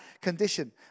condition